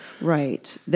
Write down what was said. Right